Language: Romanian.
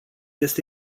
este